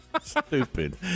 Stupid